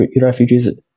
refugees